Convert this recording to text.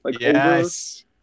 Yes